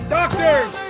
doctors